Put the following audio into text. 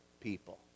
people